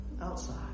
outside